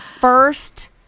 first